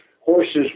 horses